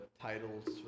titles